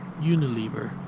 Unilever